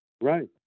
Right